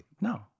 no